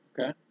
Okay